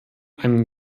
einen